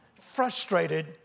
frustrated